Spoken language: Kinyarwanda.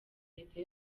leta